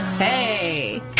Hey